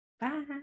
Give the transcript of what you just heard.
bye